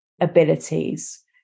abilities